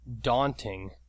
daunting